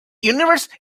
universe